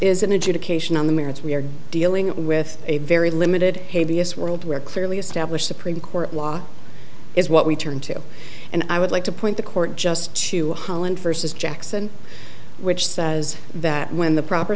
is an adjudication on the merits we are dealing with a very limited hey vs world where clearly established supreme court law is what we turn to and i would like to point the court just to holland versus jackson which says that when the proper